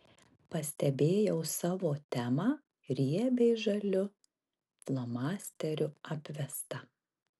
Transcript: pastebėjau savo temą riebiai žaliu flomasteriu apvestą